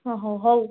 ହଁ ହଉ ହଉ